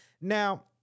Now